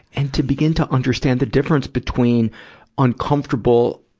and to begin to understand the difference between uncomfortable,